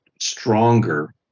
stronger